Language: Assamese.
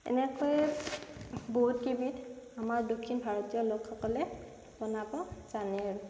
এনেকৈয়ে বহুত কেইবিধ আমাৰ দক্ষিণ ভাৰতীয় লোকসকলে বনাব জানে আৰু